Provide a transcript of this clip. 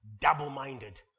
double-minded